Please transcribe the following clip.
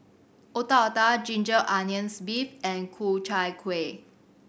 Otak Otak ginger onions beef and Ku Chai Kuih